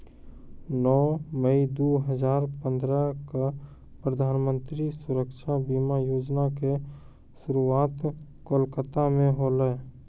नौ मई दू हजार पंद्रह क प्रधानमन्त्री सुरक्षा बीमा योजना के शुरुआत कोलकाता मे होलै